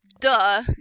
duh